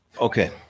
okay